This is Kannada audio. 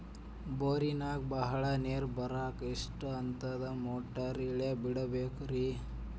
ಬೋರಿನಾಗ ಬಹಳ ನೇರು ಬರಾಕ ಎಷ್ಟು ಹಂತದ ಮೋಟಾರ್ ಇಳೆ ಬಿಡಬೇಕು ರಿ?